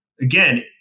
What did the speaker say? again